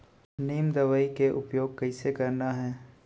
नीम दवई के उपयोग कइसे करना है?